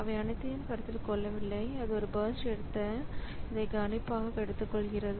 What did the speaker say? அவை அனைத்தையும் கருத்தில் கொள்ளவில்லை அது ஒரு பர்ஸ்ட் எடுத்து அதை கணிப்பாக எடுத்துக்கொள்கிறது